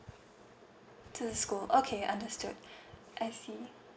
to the school okay understood I see